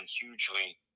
hugely